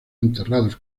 enterrados